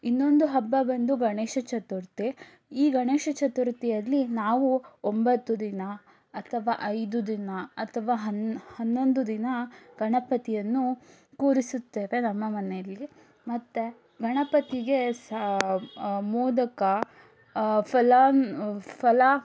ಇನ್ನೊಂದು ಹಬ್ಬ ಬಂದು ಗಣೇಶ ಚತುರ್ಥಿ ಈ ಗಣೇಶ ಚತುರ್ಥಿಯಲ್ಲಿ ನಾವು ಒಂಬತ್ತು ದಿನ ಅಥವಾ ಐದು ದಿನ ಅಥವಾ ಹನ್ ಹನ್ನೊಂದು ದಿನ ಗಣಪತಿಯನ್ನು ಕೂರಿಸುತ್ತೇವೆ ನಮ್ಮ ಮನೆಯಲ್ಲಿ ಮತ್ತೆ ಗಣಪತಿಗೆ ಸಾ ಮೋದಕ ಫಲ ಫಲ